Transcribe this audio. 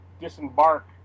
disembark